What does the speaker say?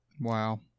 Wow